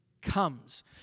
comes